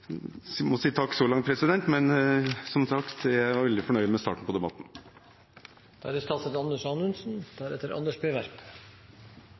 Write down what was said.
må si takk så langt, men, som sagt, jeg er veldig fornøyd med starten på debatten.